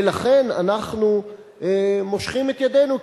ולכן אנחנו מושכים את ידינו,